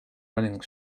running